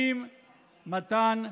מתן,